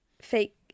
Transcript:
fake